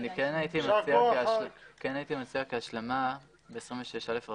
כן הייתי מציע בהשלמה בסעיף 26א,